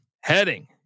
heading